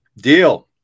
deal